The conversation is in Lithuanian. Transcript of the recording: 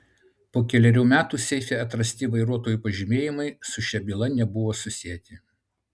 po kelerių metų seife atrasti vairuotojų pažymėjimai su šia byla nebuvo susieti